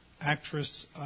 actress